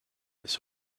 this